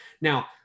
Now